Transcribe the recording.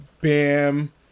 Bam